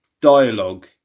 dialogue